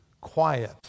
quiet